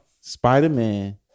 Spider-Man